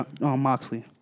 Moxley